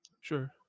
sure